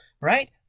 right